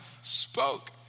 spoke